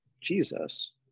jesus